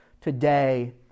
Today